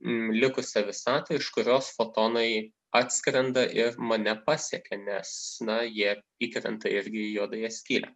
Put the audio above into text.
likusią visatą iš kurios fotonai atskrenda ir mane pasiekė nes na jie įkrenta irgi į juodąją skylę